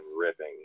ripping